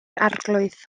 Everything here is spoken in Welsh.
arglwydd